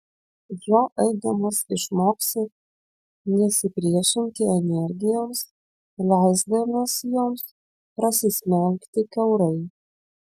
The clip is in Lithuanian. juo eidamas išmoksi nesipriešinti energijoms leisdamas joms prasismelkti kiaurai